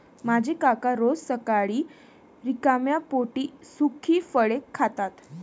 माझे काका रोज सकाळी रिकाम्या पोटी सुकी फळे खातात